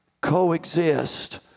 coexist